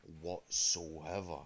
whatsoever